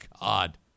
God